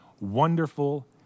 wonderful